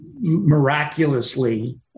miraculously